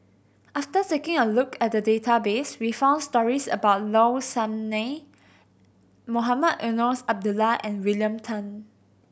after taking a look at the database we found stories about Low Sanmay Mohamed Eunos Abdullah and William Tan